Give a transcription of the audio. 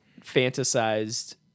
fantasized